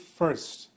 first